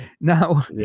Now